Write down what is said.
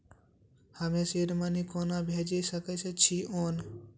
हम्मे seed money कोना भेजी सकै छिओंन